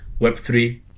Web3